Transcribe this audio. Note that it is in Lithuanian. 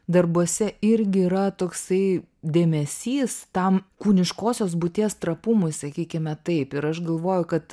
darbuose irgi yra toksai dėmesys tam kūniškosios būties trapumui sakykime taip ir aš galvoju kad